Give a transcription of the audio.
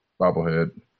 Bobblehead